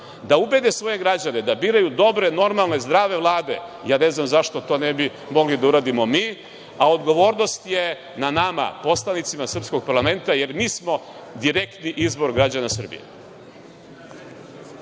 da ubede svoje građane da biraju dobre, normalne, zdrave vlade, ja ne znam zašto to ne bi mogli da uradimo mi, a odgovornost je na nama, poslanicima srpskog parlamenta, jer mi smo direktni izbor građana Srbije.